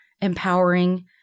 empowering